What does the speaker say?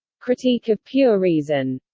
critique of pure reason.